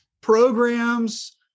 programs